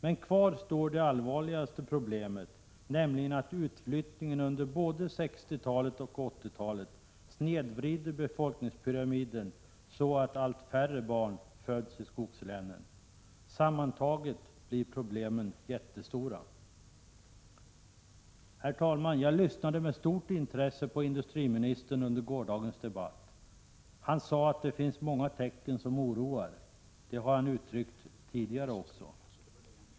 Men det allvarligaste problemet är att utflyttningen under både 1960-talet och 1980-talet snedvridit befolkningspyramiden, så att allt färre barn föds i skogslänen. Sammantaget blir problemen jättestora. Herr talman! Jag lyssnade med stort intresse på industriministern under gårdagens debatt. Han sade att det finns många tecken som oroar. Det har han sagt tidigare.